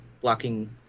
blocking